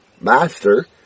Master